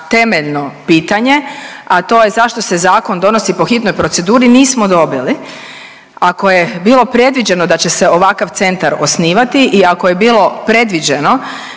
temeljno pitanje, a to je zašto se zakon donosi po hitnoj proceduri nismo dobili. Ako je bilo predviđeno da će se ovakav centar osnivati i ako je bilo predviđeno